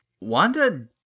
Wanda